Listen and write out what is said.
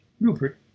Rupert